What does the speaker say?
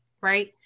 Right